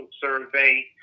survey